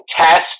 test